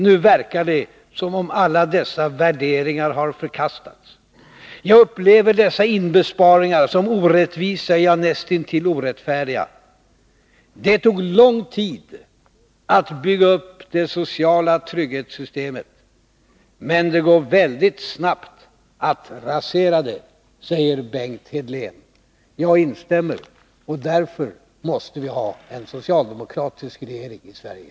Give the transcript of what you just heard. Nu verkar det som om alla dessa värderingar har förkastats. Jag upplever dessa inbesparingar som orättvisa, ja näst intill orättfärdiga. Det tog lång tid att bygga upp det sociala trygghetssystemet. Men det går väldigt snabbt att rasera det”. — Detta säger alltså Bengt Hedlén. Jag instämmer, och därför måste vi ha en socialdemokratisk regering i Sverige.